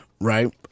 Right